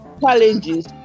challenges